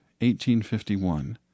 1851